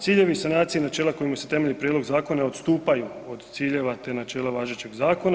Ciljevi sanacije i načela na kojima se temelji prijedlog zakona odstupaju od ciljeva te načela važećeg zakona.